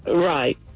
Right